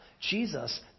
Jesus